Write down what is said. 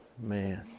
Man